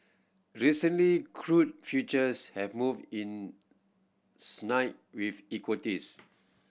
recently crude futures have moved in sync with equities